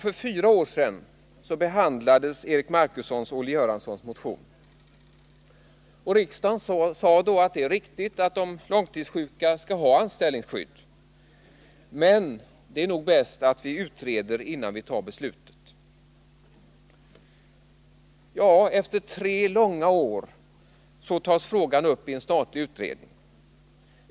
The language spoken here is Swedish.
För fyra år sedan behandlades Eric Marcussons och Olle Göranssons motion, och riksdagen sade då att det är riktigt att de långtidssjuka skall ha anställningsskydd, men det är nog bäst att vi utreder innan vi tar beslutet. Ja, efter tre långa år tas frågan upp i en statlig utredning.